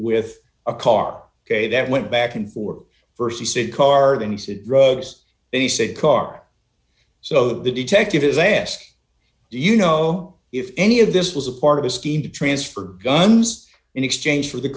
with a car ok that went back and forth st he said card and he said drugs he said car so the detective is ask do you know if any of this was a part of his scheme to transfer guns in exchange for the